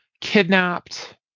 kidnapped